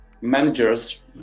managers